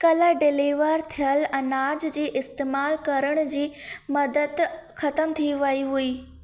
कल्ह डिलीवर थियल अनाज जी इस्तैमाल करण जी मुदतु ख़तम थी वई हुई